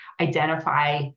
identify